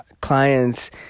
clients